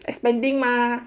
expanding mah